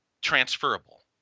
transferable